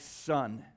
son